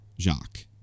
Jacques